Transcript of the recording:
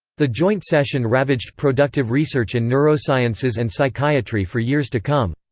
the joint session ravaged productive research in neurosciences and psychiatry for years to come.